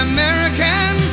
American